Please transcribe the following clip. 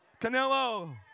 Canelo